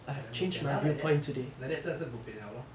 then bo pian ah like that like that 真的是 bo pian liao lor